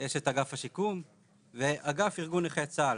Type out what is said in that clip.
יש את אגף השיקום ואגף ארגון נכי צה"ל,